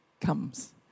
comes